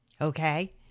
Okay